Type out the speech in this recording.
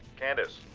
candace?